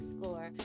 score